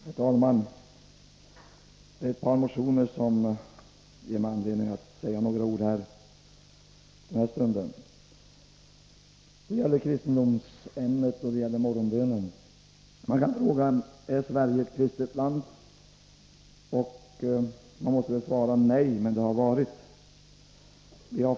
Herr talman! Det är ett par motioner som ger mig anledning att säga några ord i denna stund. Det gäller kristendomsämnet och morgonbönen. Man kan fråga: Är Sverige ett kristet land? Och man måste väl svara: Nej, men det har varit det.